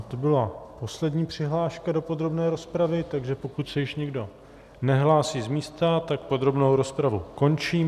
To byla poslední přihláška do podrobné rozpravy, takže pokud se již nikdo nehlásí z místa, tak podrobnou rozpravu končím.